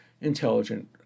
intelligent